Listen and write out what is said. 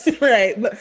right